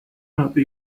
habe